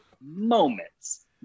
moments